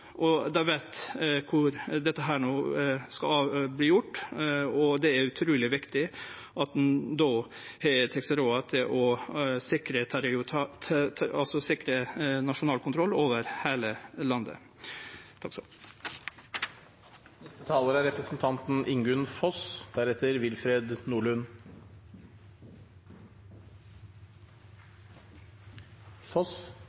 kunnskap, dei veit kvar dette no skal verte gjort, og det er utruleg viktig at ein då tek seg råd til å sikre nasjonal kontroll over heile landet. Jeg vil sitere litt mer fra kronikken til politimester Kirsten Lindeberg i Agderposten 5. mars: «Det er